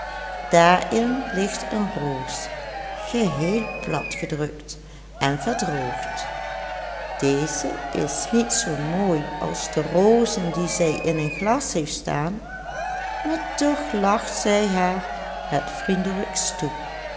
daarin ligt een roos geheel platgedrukt en verdroogd deze is niet zoo mooi als de rozen die zij in een glas heeft staan maar toch lacht zij haar het vriendelijkst toe